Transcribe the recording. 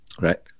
right